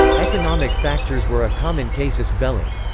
economic factors were a common casus belli.